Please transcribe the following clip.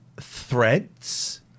Threads